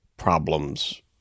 problems